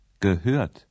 Gehört